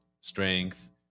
strength